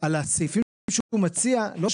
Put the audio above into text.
אם אנחנו נסיים, נצא